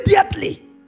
Immediately